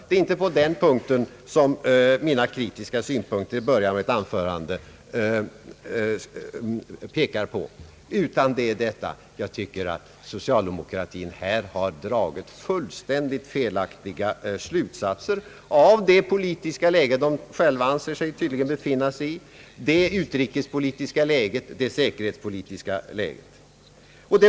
Det är inte den punkten som mina kritiska synpunkter i början av mitt anförande pekar på, utan det är att jag tycker att socialdemokratin har dragit fullstän digt felaktiga slutsatser om det politiska läge man själv tydligen anser sig befinna sig i, det utrikespolitiska läget och säkerhetspolitiska läget.